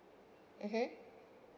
(uh huh)